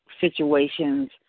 situations